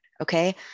Okay